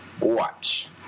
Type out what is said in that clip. watch